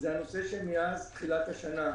שמאז תחילת השנה,